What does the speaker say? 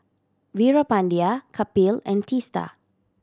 Veerapandiya Kapil and Teesta